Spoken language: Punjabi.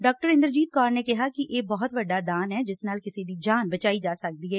ਡਾਕਟਰ ਇੰਦਰਜੀਤ ਕੌਰ ਨੇ ਕਿਹਾ ਕਿ ਇਹ ਬਹੁਤ ਵੱਡਾ ਦਾਨ ਏ ਜਿਸ ਨਾਲ ਕਿਸੇ ਦੀ ਜਾਨ ਬਚਾਈ ਜਾ ਸਕਦੀ ਏ